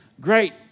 great